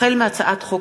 החל בהצעת חוק